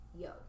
Yo